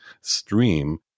stream